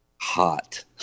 hot